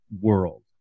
world